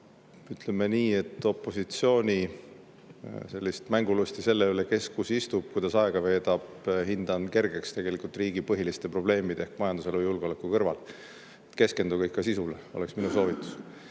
Ütleme nii, et opositsiooni sellist mängulusti selle üle, kes kus istub, kuidas aega veedab, hindan tegelikult kergeks riigi põhiliste probleemide ehk majanduselu ja julgeoleku kõrval. Keskenduge ikka sisule, oleks minu soovitus.